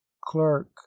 clerk